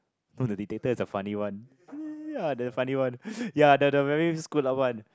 no the Dictator is a funny one ya the funny one ya the the very screwed up one